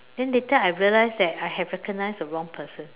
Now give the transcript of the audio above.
then later I realized that I have recognized the wrong person